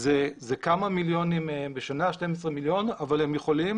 זה 12 מיליונים בשנה, אבל הם יכולים